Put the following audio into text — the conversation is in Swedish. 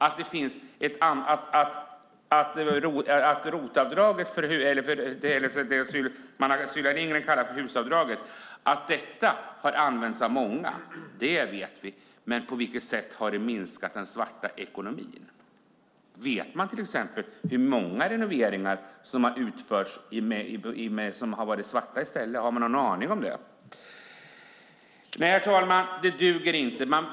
Att ROT-avdraget, det som Sylvia Lindgren kallar HUS-avdraget, använts av många vet vi, men på vilket sätt har det minskat den svarta ekonomin? Vet man till exempel hur många renoveringar det utförts som skulle ha varit svarta? Har man någon aning om det? Nej, herr talman, det duger inte.